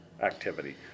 activity